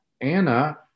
Anna